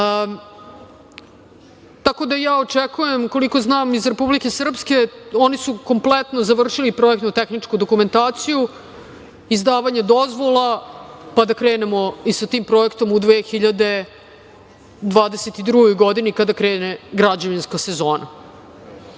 da ja očekujem, koliko znam, iz Republike Srpske, oni su kompletno završili projektno-tehničku dokumentaciju, izdavanje dozvola, pa da krenemo i sa tim projektom u 2022. godini kada krene građevinska sezona. Što